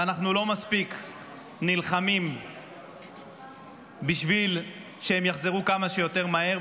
ואנחנו לא מספיק נלחמים בשביל שהם יחזרו כמה שיותר מהר.